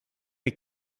les